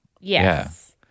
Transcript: Yes